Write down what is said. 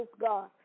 God